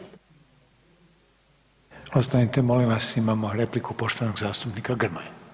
Ostanite molim vas, imamo repliku poštovanog zastupnika Grmoje.